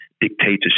dictatorship